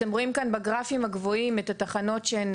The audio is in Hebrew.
אתם רואים כאן בגרפים הגבוהים את התחנות שהן